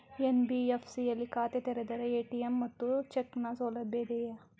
NBFC ಯಲ್ಲಿ ಖಾತೆ ತೆರೆದರೆ ಎ.ಟಿ.ಎಂ ಮತ್ತು ಚೆಕ್ ನ ಸೌಲಭ್ಯ ಇದೆಯಾ?